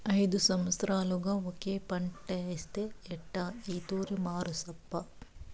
ఐదు సంవత్సరాలుగా ఒకే పంటేస్తే ఎట్టా ఈ తూరి మార్సప్పా